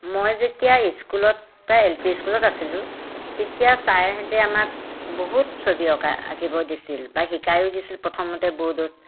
মই যেতিয়া স্কুলত প্ৰায় এল পি স্কুলত আছিলোঁ তেতিয়া ছাৰহঁতে আমাক বহুত ছবি অঁকায় আঁকিব দিছিল বা শিকায়ো দিছিল প্ৰথমতে বৰ্ডত